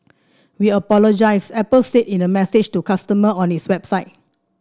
we apologise Apple said in a message to customer on its website